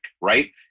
right